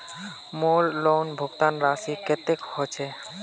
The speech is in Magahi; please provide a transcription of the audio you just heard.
मोर लोन भुगतान राशि कतेक होचए?